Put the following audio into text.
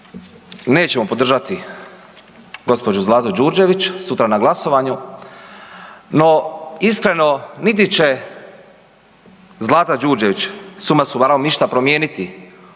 nećemo podržati gospođu Zlatu Đurđević sutra na glasovanju no iskreno niti će Zlata Đurđević suma sumarum ništa promijeniti